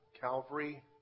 Calvary